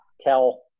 tell